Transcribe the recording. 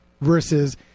versus